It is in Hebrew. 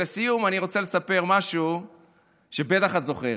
לסיום, אני רוצה לספר משהו שבטח את זוכרת.